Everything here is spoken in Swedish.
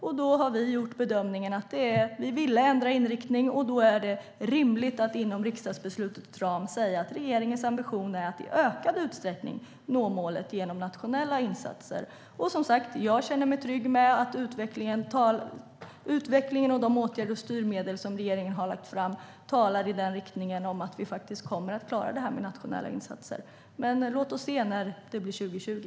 Nu ville vi ändra inriktning, och då är det rimligt att inom riksdagsbeslutets ram säga att regeringens ambition är att i ökad utsträckning nå målet genom nationella insatser. Jag känner mig trygg med utvecklingen och med de åtgärder och styrmedel som regeringen har tagit fram. De tyder på att vi verkligen kommer att klara detta med nationella insatser. Men låt oss se när det blir 2020.